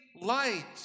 light